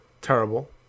Terrible